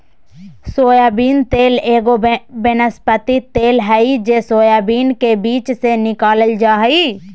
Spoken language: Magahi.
सोयाबीन तेल एगो वनस्पति तेल हइ जे सोयाबीन के बीज से निकालल जा हइ